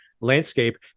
landscape